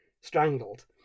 strangled